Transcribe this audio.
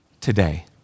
today